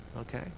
okay